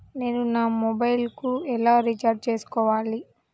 నేను నా మొబైల్కు ఎలా రీఛార్జ్ చేసుకోవాలి?